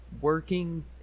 working